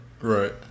right